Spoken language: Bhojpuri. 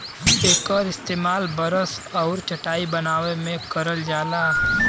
एकर इस्तेमाल बरस आउर चटाई बनाए में करल जाला